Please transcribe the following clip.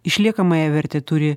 išliekamąją vertę turi